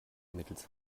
mittels